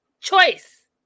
choice